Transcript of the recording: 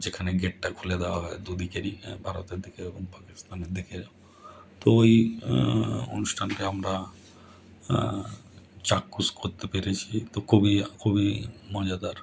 যেখানে গেটটা খুলে দেওয়া হয় দু দিকেরই ভারতের দিকের এবং পাকিস্তানের দিকে তো ওই অনুষ্ঠানটা আমরা চাক্ষুষ করতে পেরেছি তো খুবই খুবই মজাদার